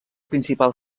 principal